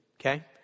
Okay